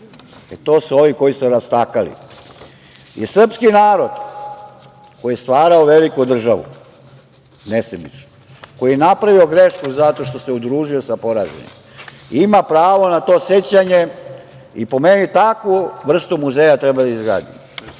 To su ovi koji su rastakali. Srpski narod, koji je stvarao veliku državu nesebično, koji je napravio grešku zato što se udružio sa poraženima, ima pravo na sećanje i, po meni, takvu vrstu muzeja treba da izgradimo.U